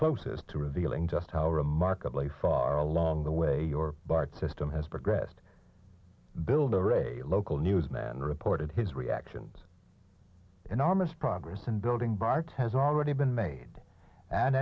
closest to revealing just how remarkably far along the way your bart system has progressed build over a local newsman reported his reactions enormous progress in building bart has already been made and